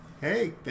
Hey